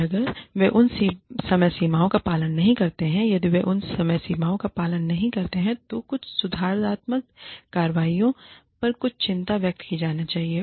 और अगर वे उन समय सीमाओं का पालन नहीं करते हैं यदि वे उन समय सीमा का पालन नहीं करते हैं तो कुछ सुधारात्मक कार्रवाइयों पर कुछ चिंता व्यक्त की जानी चाहिए